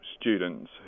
students